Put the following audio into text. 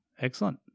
Excellent